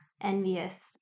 envious